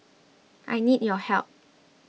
I need your help